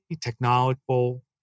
technological